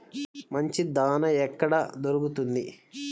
మంచి దాణా ఎక్కడ దొరుకుతుంది?